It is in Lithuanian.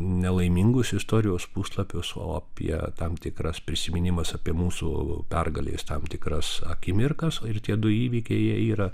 nelaimingus istorijos puslapius o apie tam tikras prisiminimas apie mūsų pergalės tam tikras akimirkas o ir tie du įvykiai jie yra